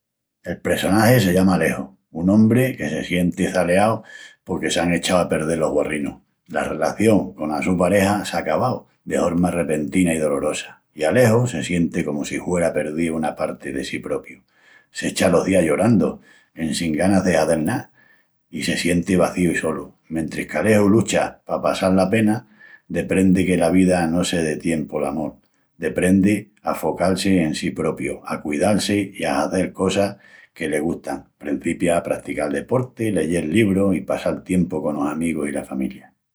El pressonagi se llama Alejo, un ombri que se sienti çaleau porque s'án echau a perdel los guarrinus. La relación cona su pareja s'á acabau de horma repentina i dolorosa, i Alejo se sienti comu si huera perdíu una parti de sí propiu. S'echa los días llorandu, en sin ganas de hazel ná, i se sienti vazíu i solu. Mentris qu'Alejo lucha pa passal la pena, deprendi que la vida no se detien pol amol. Deprendi a focal-si en sí propiu, a cudial-si i a hazel cosas que le gustan. Prencipia a pratical deportis, leyel librus i passal tiempu conos amigus i la família.